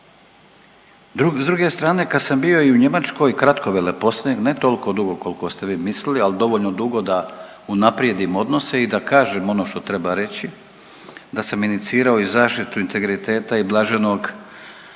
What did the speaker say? S druge strane, kad sam bio i u Njemačkoj kratko veleposlanik, ne toliko dugo koliko ste vi mislili, ali dovoljno dugo da unaprijedim odnose i da kažem ono što treba reći, da sam inicirao i zaštitu integriteta i bl.